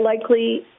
likely